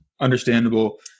understandable